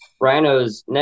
Rhino's